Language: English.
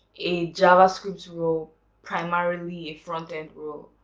a javascript role primarily a front-end role